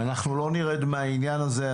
אנחנו לא נרד מהעניין הזה,